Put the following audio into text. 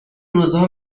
روزها